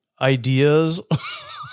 ideas